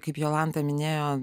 kaip jolanta minėjo